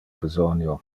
besonio